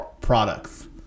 products